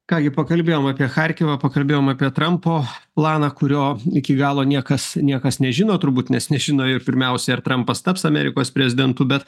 ką gi pakalbėjom apie charkivą pakalbėjom apie trampo planą kurio iki galo niekas niekas nežino turbūt nes nežino ir pirmiausia ar trumpas taps amerikos prezidentu bet